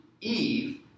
Eve